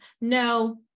no